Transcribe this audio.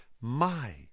My